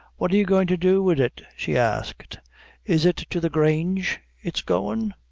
what are you going to do wid it? she asked is it to the grange it's goin'?